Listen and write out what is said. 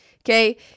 okay